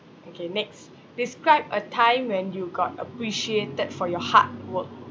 okay next describe a time when you got appreciated for your hard work